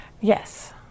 Yes